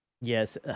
Yes